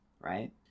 right